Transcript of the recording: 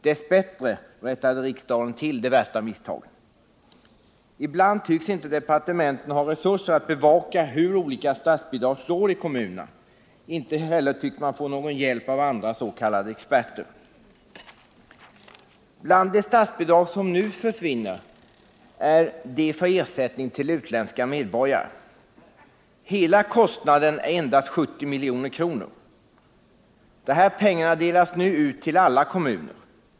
Dess bättre rättade riksdagen till de värsta misstagen. Ibland tycks inte departementen ha resurser att bevaka hur olika statsbidrag slår i kommunerna. Inte heller tycks man få någon hjälp av andra s.k. experter. Bland de bidrag som nu försvinner är bidraget som avser ersättning för hjälp till utländska medborgare. Hela kostnaden för detta är endast 70 milj.kr. De här pengarna delas nu ut till alla kommuner.